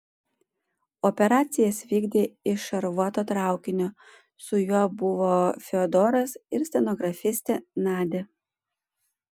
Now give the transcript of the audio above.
operacijas vykdė iš šarvuoto traukinio su juo buvo fiodoras ir stenografistė nadia